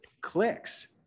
clicks